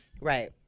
Right